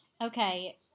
Okay